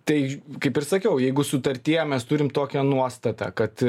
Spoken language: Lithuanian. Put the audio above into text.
tai kaip ir sakiau jeigu sutartyje mes turim tokią nuostatą kad